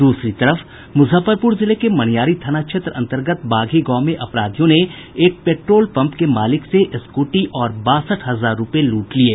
दूसरी तरफ मुजफ्फरपूर जिले के मनियारी थाना क्षेत्र अन्तर्गत बाघी गांव में अपराधियों ने एक पेट्रोल पंप के मालिक से स्कूटी और बासठ हजार रूपये लूट लिये